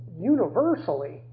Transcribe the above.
universally